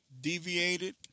deviated